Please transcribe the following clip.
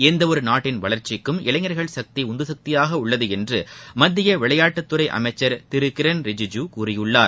எந்தவொரு நாட்டின் வளர்ச்சிக்கும் இளைஞர்கள் சக்தி உந்து சக்தியாக உள்ளது என்று மத்திய விளையாட்டுத்துறை அமைச்சர் திரு கிரன் ரிஜுஜூ கூறியுள்ளார்